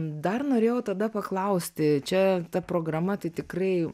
dar norėjau tada paklausti čia ta programa tai tikrai